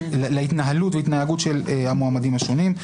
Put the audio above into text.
להתנהלות ולהתנהגות של המועמדים השונים.